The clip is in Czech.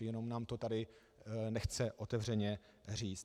Jenom nám to tady nechce otevřeně říct.